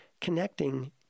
Connecting